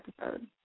episode